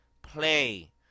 play